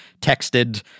texted